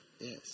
Yes